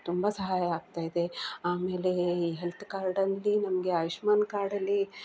ತುಂಬ ಸಹಾಯ ಆಗ್ತಾಯಿದೆ ಆಮೇಲೆ ಈ ಹೆಲ್ತ್ ಕಾರ್ಡಲ್ಲಿ ನಮಗೆ ಆಯುಷ್ಮಾನ್ ಕಾರ್ಡಲ್ಲಿ